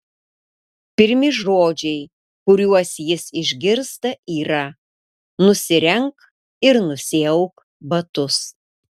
pirmi žodžiai kuriuos jis išgirsta yra nusirenk ir nusiauk batus